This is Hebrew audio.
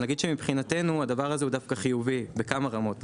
אז נגיד שמבחינתנו הדבר הזה הוא דווקא חיובי בכמה רמות.